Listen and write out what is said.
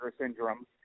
syndrome